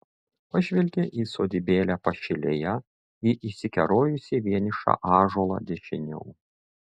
pažvelgė į sodybėlę pašilėje į išsikerojusį vienišą ąžuolą dešiniau